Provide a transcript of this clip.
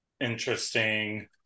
interesting